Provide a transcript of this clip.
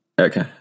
Okay